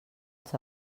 els